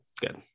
Good